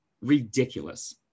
ridiculous